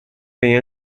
vem